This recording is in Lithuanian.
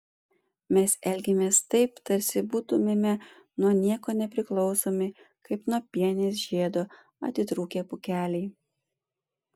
mes elgiamės taip tarsi būtumėme nuo nieko nepriklausomi kaip nuo pienės žiedo atitrūkę pūkeliai